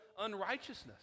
unrighteousness